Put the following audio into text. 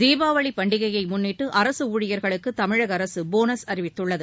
தீபாவளி பண்டிகையை முன்னிட்டு அரசு ஊழியர்களுக்கு தமிழக அரசு போனஸ் அறிவித்துள்ளது